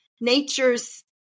nature's